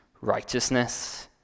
Righteousness